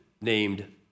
named